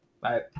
Bye